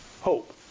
hope